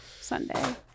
Sunday